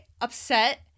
upset